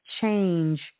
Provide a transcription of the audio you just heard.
change